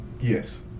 Yes